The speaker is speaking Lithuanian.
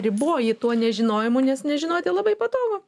riboji tuo nežinojimu nes nežinoti labai patogu